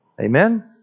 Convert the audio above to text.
Amen